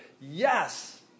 Yes